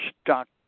Stock